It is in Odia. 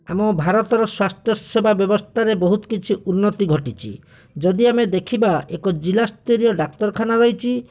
ଆମ ଭାରତର ସ୍ୱାସ୍ଥ୍ୟସେବା ବ୍ୟବସ୍ଥାରେ ବହୁତ କିଛି ଉନ୍ନତି ଘଟିଛି ଯଦି ଆମେ ଦେଖିବା ଗୋଟିଏ ଜିଲ୍ଲା ସ୍ତରୀୟ ଡାକ୍ତରଖାନା ରହିଛି